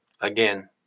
again